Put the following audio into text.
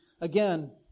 again